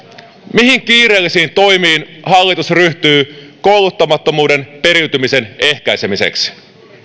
mihin kiireellisiin toimiin hallitus ryhtyy kouluttamattomuuden periytymisen ehkäisemiseksi